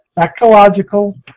ecological